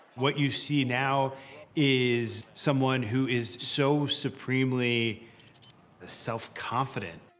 what you see now is someone who is so supremely self confident.